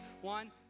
One